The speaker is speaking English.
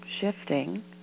shifting